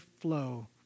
flow